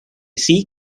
sea